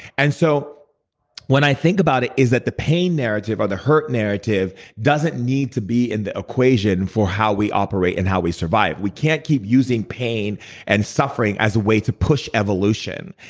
and so when i think about it, it's that the pain narrative or the hurt narrative doesn't need to be in the equation for how we operate and how we survive. we can't keep using pain and suffering as a way to push evolution.